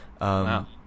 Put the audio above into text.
Wow